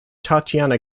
tatiana